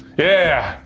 yeah.